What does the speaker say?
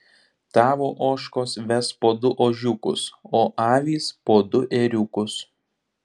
tavo ožkos ves po du ožiukus o avys po du ėriukus